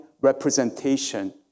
representation